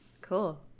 Cool